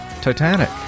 Titanic